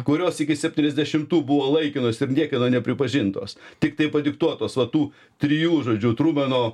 kurios iki septyniasdešimtų buvo laikinos ir niekieno nepripažintos tiktai padiktuotos vat tų trijų žodžiu trumeno